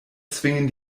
zwingen